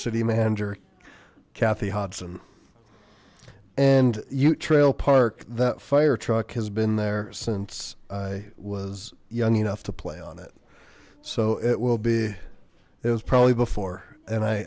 city manager kathy hudson and ute trail park that fire truck has been there since i was young enough to play on it so it will be it was probably before and i